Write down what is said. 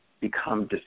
become